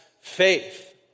faith